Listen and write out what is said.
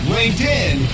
LinkedIn